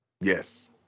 Yes